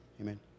Amen